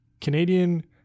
Canadian